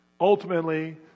ultimately